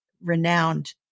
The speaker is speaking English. renowned